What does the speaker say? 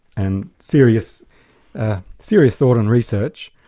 and serious ah serious thought and research,